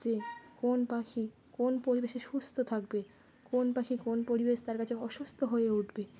যে কোন পাখি কোন পরিবেশে সুস্থ থাকবে কোন পাখি কোন পরিবেশ তার কাছে অসুস্থ হয়ে উঠবে